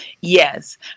Yes